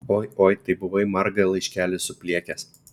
oi oi tai buvai margą laiškelį supliekęs